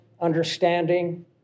understanding